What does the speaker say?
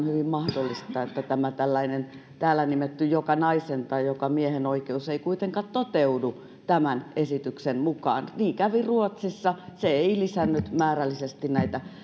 mahdollista että tällainen täällä nimetty jokanaisen tai jokamiehen oikeus ei kuitenkaan toteudu tämän esityksen mukaan niin kävi ruotsissa se ei lisännyt määrällisesti